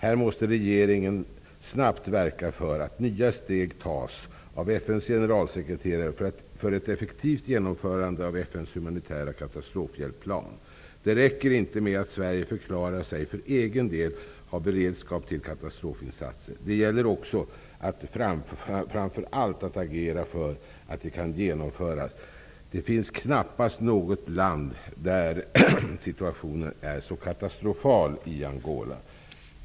Här måste regeringen snabbt verka för att nya steg tas av FN:s generalsekreterare för ett effektivt genomförande av FN:s humanitära katastrofhjälpplan. Det räcker inte med att Sverige för egen del förklarar sig ha beredskap till katastrofinsatser. Det gäller framför allt att agera för att de kan genomföras. Det finns knappast något land där situationen är så katastrofal som i Angola.